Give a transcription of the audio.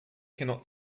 cannot